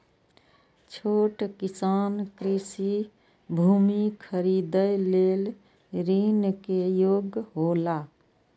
छोट किसान कृषि भूमि खरीदे लेल ऋण के योग्य हौला?